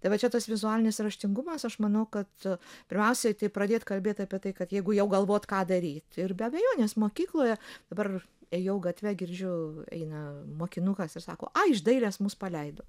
tai va čia tas vizualinis raštingumas aš manau kad pirmiausia tai pradėtikalbėt apie tai kad jeigu jau galvot ką daryt ir be abejonės mokykloje dabar ėjau gatve girdžiu eina mokinukas ir sako ai iš dailės mus paleido